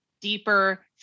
deeper